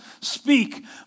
speak